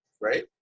Right